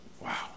wow